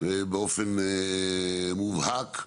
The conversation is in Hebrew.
באופן מובהק,